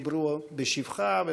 דיברו בשבחה,